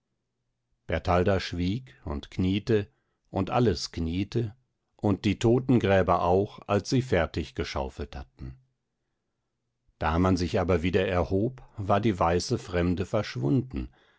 bertalda schwieg und kniete und alles kniete und die totengräber auch als sie fertig geschaufelt hatten da man sich aber wieder erhob war die weiße fremde verschwunden